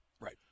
Right